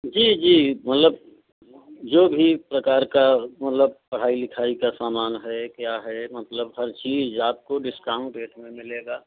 जी जी मतलब जो भी बाज़ार का मतलब पढ़ाई लिखाई का सामान है क्या है मतलब हर चीज़ आपको डिस्काउंट रेट में मिलेगा